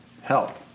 Help